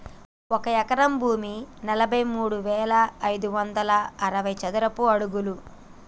ఒక ఎకరం భూమి నలభై మూడు వేల ఐదు వందల అరవై చదరపు అడుగులు